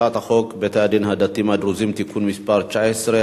הצעת חוק בתי-הדין הדתיים הדרוזיים (תיקון מס' 19),